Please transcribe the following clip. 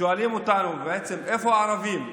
שואלים אותנו: בעצם איפה הערבים?